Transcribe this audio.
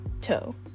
toe